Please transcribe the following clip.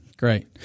Great